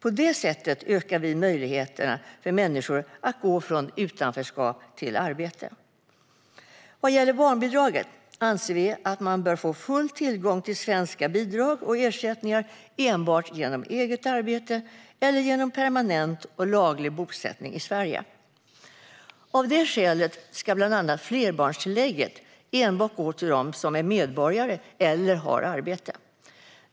På det sättet ökar vi möjligheterna för människor att gå från utanförskap till arbete. Vad gäller barnbidraget anser vi att man bör få full tillgång till svenska bidrag och ersättningar enbart genom eget arbete eller genom permanent och laglig bosättning i Sverige. Av det skälet ska bland annat flerbarnstillägget enbart gå till den som är medborgare eller som har arbete.